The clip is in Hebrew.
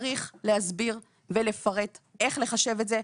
צריך להסביר ולפרט איך לחשב את זה.